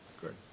Good